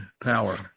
power